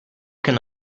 can